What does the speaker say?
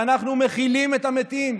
שאנחנו מכילים את המתים,